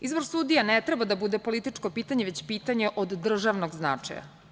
Izbor sudija ne treba da bude političko pitanje, već pitanje od državnog značaja.